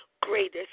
greatest